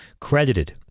credited